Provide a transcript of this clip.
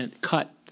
cut